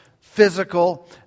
physical